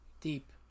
Deep